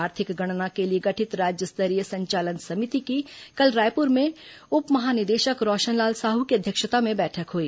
आर्थिक गणना के लिए गठित राज्य स्तरीय संचालन समिति की कल रायपुर में उप महानिदेशक रोशनलाल साहू की अध्यक्षता में बैठक हुई